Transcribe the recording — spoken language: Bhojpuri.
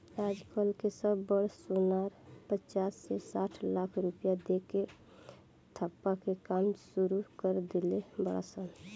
आज कल के सब बड़ सोनार पचास से साठ लाख रुपया दे के ठप्पा के काम सुरू कर देले बाड़ सन